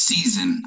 Season